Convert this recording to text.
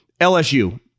LSU